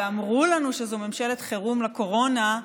ואמרו לנו שזו ממשלת חירום לקורונה,